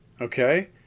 Okay